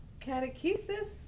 catechesis